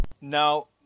Now